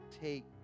take